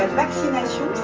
vaccination